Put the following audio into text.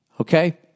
Okay